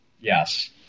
Yes